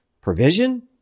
provision